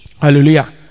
hallelujah